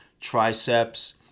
Triceps